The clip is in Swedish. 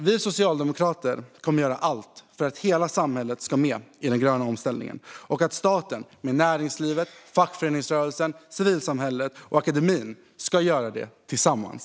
Vi socialdemokrater kommer att göra allt för att få med hela samhället i den gröna omställningen - och för att staten, näringslivet, fackföreningsrörelsen, civilsamhället och akademin ska göra det tillsammans.